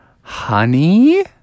honey